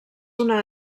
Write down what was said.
una